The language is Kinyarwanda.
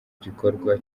gikorwa